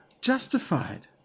justified